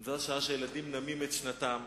זו השעה שהילדים נמים את שנתם.